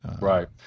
Right